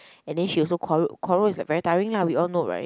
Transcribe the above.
and then she also quarreled quarrel is a very tiring lah we all know right